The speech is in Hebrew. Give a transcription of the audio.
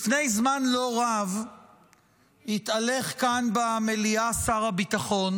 לפני זמן לא רב התהלך כאן במליאה שר הביטחון.